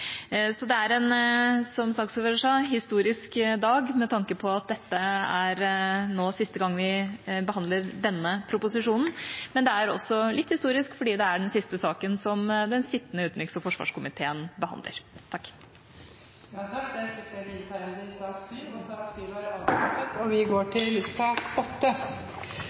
historisk dag med tanke på at dette er siste gang vi behandler denne proposisjonen, men også litt historisk fordi det er den siste saken som den sittende utenriks- og forsvarskomiteen behandler. Flere har ikke bedt om ordet til sak nr. 7. Etter ønske fra kontroll- og konstitusjonskomiteen vil presidenten foreslå at taletiden blir begrenset til